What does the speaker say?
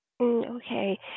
Okay